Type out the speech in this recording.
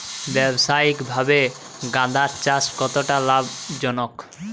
ব্যবসায়িকভাবে গাঁদার চাষ কতটা লাভজনক?